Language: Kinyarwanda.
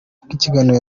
kiganiro